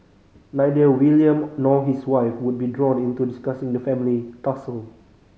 neither William nor his wife would be drawn into discussing the family tussle